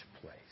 place